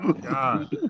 god